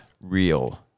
Real